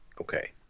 Okay